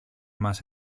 μας